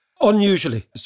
Unusually